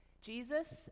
Jesus